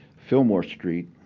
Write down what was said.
fillmore street,